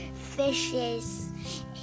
fishes